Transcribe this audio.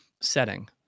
setting